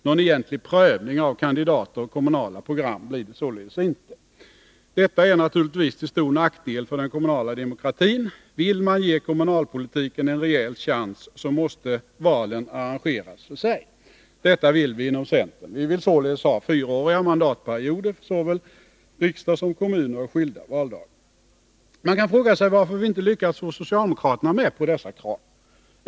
Någon egentlig prövning av kandidater och kommunala program blir det således inte. Detta är naturligtvis till stor nackdel för den kommunala demokratin. Vill man ge kommunalpolitiken en rejäl chans, så måste valen arrangeras för sig. Det vill vi inom centern. Vi vill således ha fyraåriga mandatperioder för såväl riksdag som kommuner och skilda valdagar. Man kan fråga sig varför vi inte lyckats få socialdemokraterna med på dessa krav.